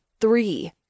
three